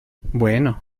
bueno